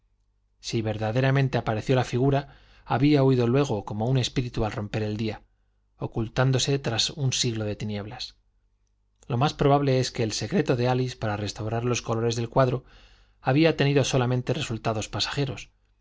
si verdaderamente apareció la figura había huído luego como un espíritu al romper el día ocultándose tras un siglo de tinieblas lo más probable es que el secreto de álice para restaurar los colores del cuadro había tenido solamente resultados pasajeros